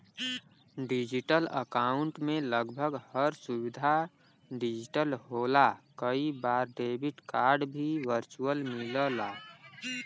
digital account में लगभग हर सुविधा डिजिटल होला कई बार डेबिट कार्ड भी वर्चुअल मिलला